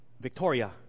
Victoria